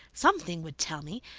something would tell me.